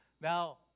Now